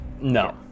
no